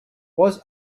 was